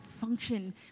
function